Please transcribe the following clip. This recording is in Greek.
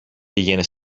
πήγαινε